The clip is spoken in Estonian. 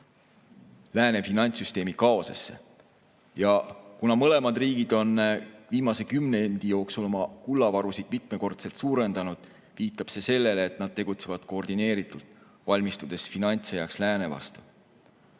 lääne finantssüsteemi kaosesse. Kuna mõlemad riigid on viimase kümnendi jooksul oma kullavarusid mitmekordselt suurendanud, viitab see sellele, et nad tegutsevad koordineeritult, valmistudes finantssõjaks lääne vastu.